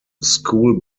school